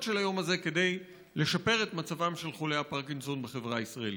של היום הזה כדי לשפר את מצבם של חולי הפרקינסון בחברה הישראלית.